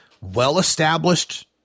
well-established